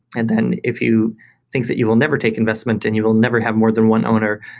and then if you think that you will never take investment and you will never have more than one owner,